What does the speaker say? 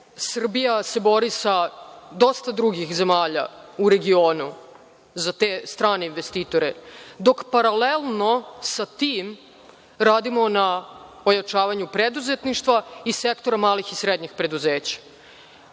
Srbija se bori sa dosta drugih zemalja u regionu za te strane investitore, dok paralelno sa tim radimo na ojačavanju preduzetništva i sektora malih i srednjih preduzeća.